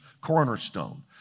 cornerstone